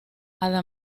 hada